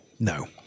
no